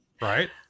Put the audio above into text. Right